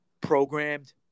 Programmed